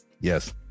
Yes